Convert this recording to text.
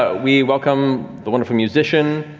ah we welcome the wonderful musician,